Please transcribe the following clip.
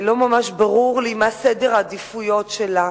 לא ממש ברור לי מה סדר העדיפויות שלה.